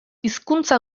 hizkuntza